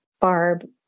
Barb